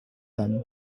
femme